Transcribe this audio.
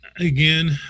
Again